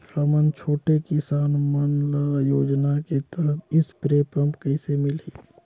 हमन छोटे किसान मन ल योजना के तहत स्प्रे पम्प कइसे मिलही?